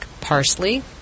parsley